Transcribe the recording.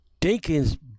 Dinkins